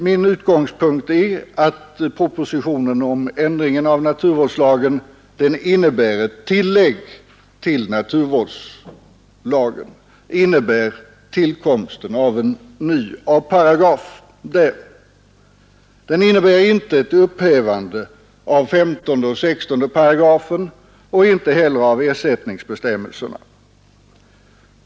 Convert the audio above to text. Min utgångspunkt är att propositionen om ändringen av naturvårdslagen innebär ett tillägg till naturvårdslagen, tillkomsten av en ny paragraf i den. Ändringen innebär inte ett upphävande av 15 och 16 §§ och inte heller av ersättningsbestämmelserna.